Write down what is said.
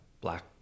black